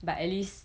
but at least